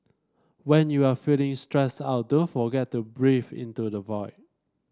when you are feeling stressed out don't forget to breathe into the void